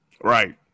Right